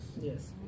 Yes